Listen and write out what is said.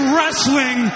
Wrestling